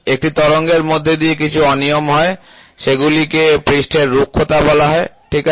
একটি তরঙ্গের মধ্যে কিছু অনিয়ম হয় সেগুলিকে পৃষ্ঠের রুক্ষতা বলা হয় ঠিক আছে